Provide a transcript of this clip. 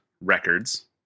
records